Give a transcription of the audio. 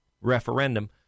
referendum